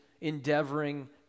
endeavoring